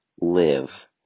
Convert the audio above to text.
live